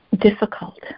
difficult